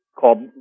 called